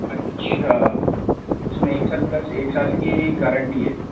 अच्छा इसमें एक साल प्लस एक साल की गारंटी है